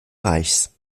reichs